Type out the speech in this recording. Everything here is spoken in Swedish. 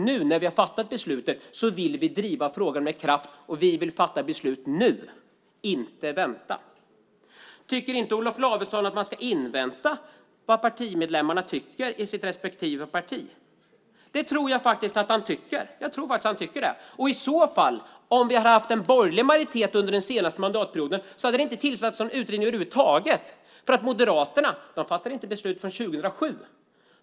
Nu när vi har fattat beslutet vill vi driva frågan med kraft, och vi vill fatta beslut nu och inte vänta. Tycker inte Olof Lavesson att man ska invänta vad partimedlemmarna i respektive parti tycker? Det tror jag faktiskt att han tycker. I så fall hade det, om vi hade haft en borgerlig majoritet under den senaste mandatperioden, inte tillsatts någon utredning över huvud taget. Moderaterna fattade nämligen inte beslut förrän 2007.